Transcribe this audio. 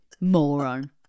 moron